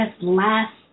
last